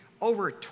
over